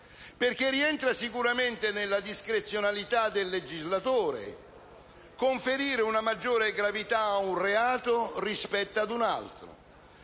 perché rientra sicuramente nella discrezionalità del legislatore conferire maggiore gravità ad un reato rispetto ad un altro